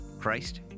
Christ